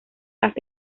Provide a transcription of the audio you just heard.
las